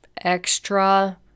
extra